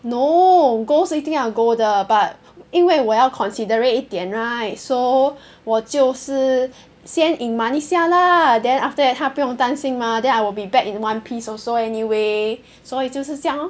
no go 是一定要 go 的 but 因为我要 considerate 一点 right so 我就是先隐瞒一下 lah then after that 他不用担心 mah then I will be back in one piece also anyway 所以就是这样 lor